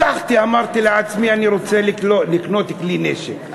אמרתי לעצמי: אני רוצה לקנות כלי נשק.